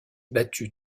battu